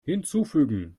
hinzufügen